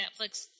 Netflix